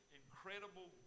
incredible